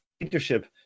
leadership